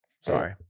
Sorry